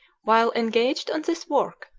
while engaged on this work,